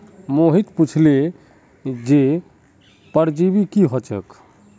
मोहित पुछले जे परजीवी की ह छेक